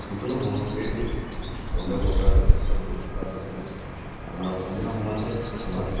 যিকোনো সংস্কৃতিত ধৰ্মীয় প্ৰথাৰ যথেষ্ট গুৰুত্ব আছে আমাৰ অসমীয়া সমাজত আমাৰ